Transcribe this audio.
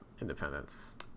independence